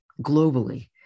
globally